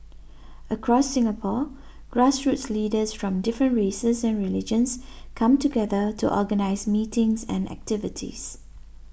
across Singapore grassroots leaders from different races and religions come together to organise meetings and activities